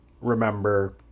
remember